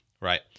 right